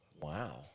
Wow